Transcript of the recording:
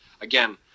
again